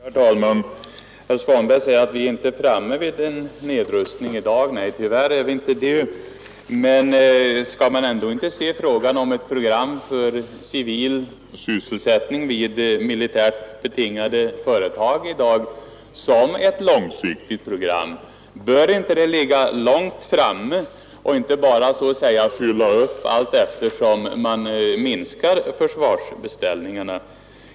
Herr talman! Herr Svanberg säger att vi i dag inte är framme vid en sådan nedrustning. Nej, tyvärr är vi inte det. Men bör man ändå inte redan nu se frågan om ett program för civil sysselsättning vid militärt betingade företag som ett långsiktigt program? Bör inte ett sådant program ligga långt framme och inte bara så att säga fylla på allteftersom man minskar försvarsbeställningarna?